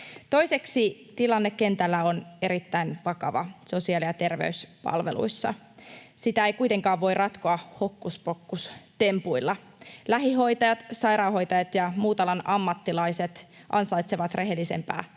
Toiseksi, tilanne kentällä on erittäin vakava sosiaali‑ ja terveyspalveluissa. Sitä ei kuitenkaan voi ratkoa hokkuspokkustempuilla. Lähihoitajat, sairaanhoitajat ja muut alan ammattilaiset ansaitsevat rehellisempää